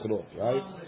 Right